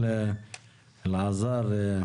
אלעזר,